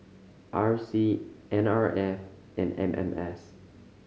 R C N R F and M M S